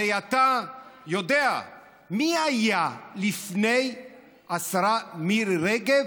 הרי אתה יודע מי היה לפני השרה מירי רגב,